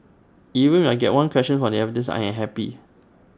even if I get one question from the advertisements I am happy